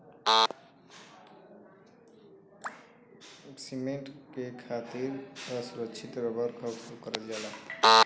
cement के खातिर असुरछित रबर क उपयोग करल जाला